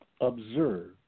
observe